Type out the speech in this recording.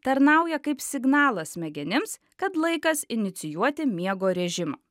tarnauja kaip signalas smegenims kad laikas inicijuoti miego režimą